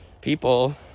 people